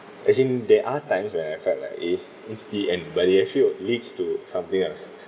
as in there are times where I felt like eh it's the end but it actually leads to something else